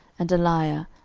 and dalaiah,